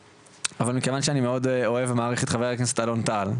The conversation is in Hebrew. אבל מכיוון שאני מאוד אוהב ומעריך את חבר הכנסת אלון טל,